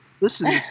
Listen